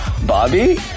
Bobby